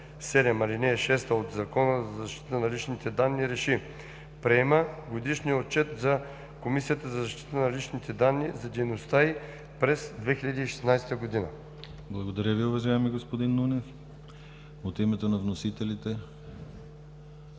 Благодаря Ви, уважаеми господин Нунев. От името на вносителите